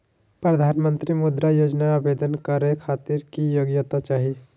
प्रधानमंत्री मुद्रा योजना के आवेदन करै खातिर की योग्यता चाहियो?